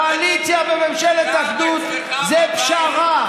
קואליציה בממשלת אחדות זו פשרה,